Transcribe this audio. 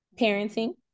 parenting